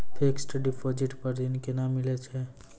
Fixed deposit पर ऋण केना मिलै छै?